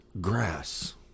grass